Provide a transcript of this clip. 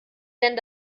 denn